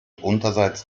unterseits